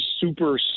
super